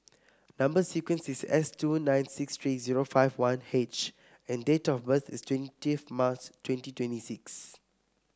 number sequence is S two nine six three zero five one H and date of birth is twentieth March twenty twenty six